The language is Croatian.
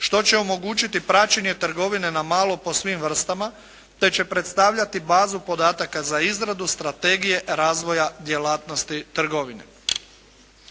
što će omogućiti praćenje trgovine na malo po svim vrstama te će predstavljati bazu podataka za izradu strategije razvoja djelatnosti trgovine.